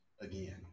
again